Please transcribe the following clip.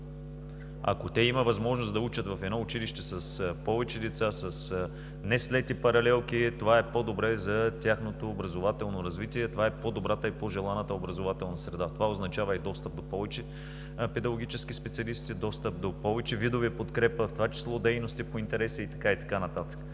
ако те имат възможност да учат в едно училище с повече деца, с неслети паралелки, това е по-добре за тяхното образователно развитие, по-добрата и по-желаната образователна среда. Това означава и достъп до повече педагогически специалисти, достъп до повече видове подкрепа, в това число дейности по интереси и така нататък.